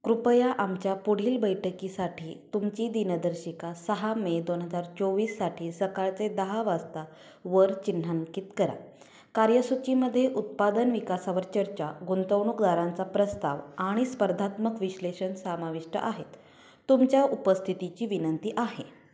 कृपया आमच्या पुढील बैठकीसाठी तुमची दिनदर्शिका सहा मे दोन हजार चोवीससाठी सकाळचे दहा वाजता वर चिह्नाकित करा कार्यसूचीमध्ये उत्पादन विकासावर चर्चा गुंतवणूकदारांचा प्रस्ताव आणि स्पर्धात्मक विश्लेषण सामाविष्ट आहेत तुमच्या उपस्थितीची विनंती आहे